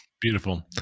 Beautiful